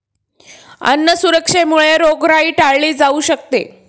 अन्न सुरक्षेमुळे रोगराई टाळली जाऊ शकते